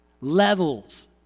levels